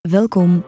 Welkom